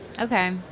Okay